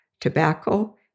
tobacco